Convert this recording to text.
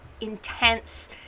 intense